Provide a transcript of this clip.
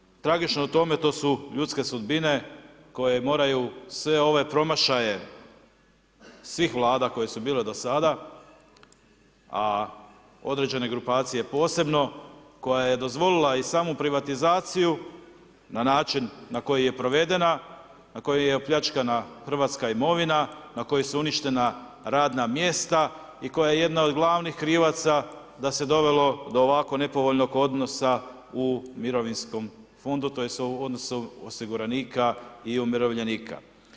Ono što je tragično u tome, to su ljudske sudbine koje moraju sve ove promašaje, svih Vlada koje su bile do sada, a određene grupacije posebno, koja je dozvolila i samu privatizaciju na način na koji je provedena, na koji je opljačkana hrvatska imovina, na kojoj su uništena radna mjesta i koja je jedna od glavnih krivaca da se dovelo do ovako nepovoljnog odnosa u mirovinskom fondu tj. odnosa osiguranika i umirovljenika.